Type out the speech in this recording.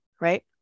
right